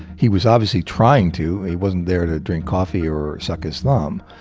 he was obviously trying to, he wasn't there to drink coffee or suck his thumb,